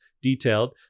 detailed